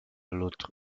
l’autre